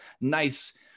nice